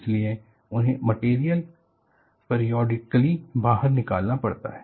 इसलिए उन्हें material periodically बाहर निकालना पड़ता है